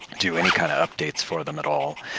do any kind updates for them at all.